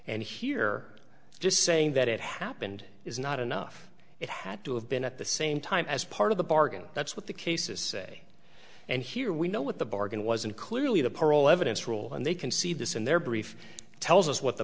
and here just saying that it happened is not enough it had to have been at the same time as part of the bargain that's what the cases say and here we know what the bargain was and clearly the parole evidence rule and they can see this in their brief tells us what the